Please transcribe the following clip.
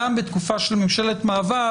גם בתקופה של ממשלת מעבר